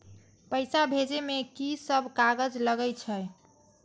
पैसा भेजे में की सब कागज लगे छै?